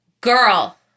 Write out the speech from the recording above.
girl